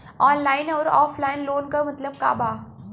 Online अउर offline loan क मतलब का बा?